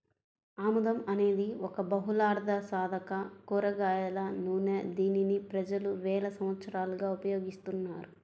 ఆముదం అనేది ఒక బహుళార్ధసాధక కూరగాయల నూనె, దీనిని ప్రజలు వేల సంవత్సరాలుగా ఉపయోగిస్తున్నారు